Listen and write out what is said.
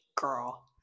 Girl